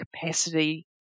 capacity